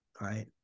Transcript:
right